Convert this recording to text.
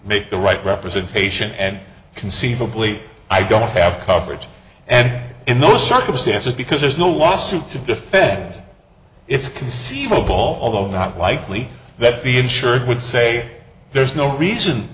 make the right representation and conceivably i don't have coverage and in those circumstances because there's no lawsuit to defend it's conceivable although not likely that the insured would say there's no reason